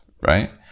right